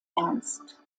ernst